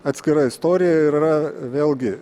atskira istorija ir yra vėlgi